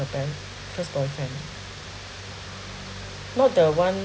boyfriend first boyfriend not the one